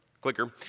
clicker